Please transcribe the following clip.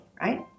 right